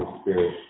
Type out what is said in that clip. spirit